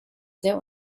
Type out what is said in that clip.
sehr